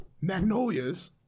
Magnolia's